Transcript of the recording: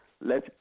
Let